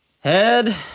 Head